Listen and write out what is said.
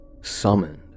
summoned